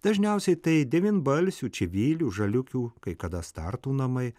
dažniausiai tai devynbalsių čivylių žaliukių kai kada startų namai